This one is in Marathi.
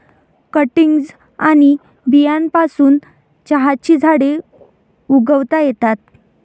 कटिंग्ज आणि बियांपासून चहाची झाडे उगवता येतात